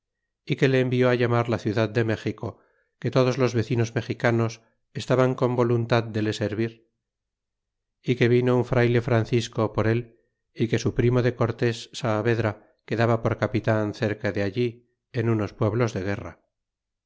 y que le envió llamar la ciudad de méxico que todos los vecinos mexicanos estaban con voluntad de le servir y que vino un frayle francisco por él y que su primo de cortés saavedra quedaba por capitan cerca de allí en unos pueblos de guerra